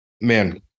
Man